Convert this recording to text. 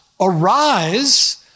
Arise